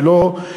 ולא,